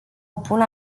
opun